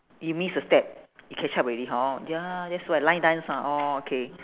you miss a step you catch up already hor ya that's what line dance ha orh okay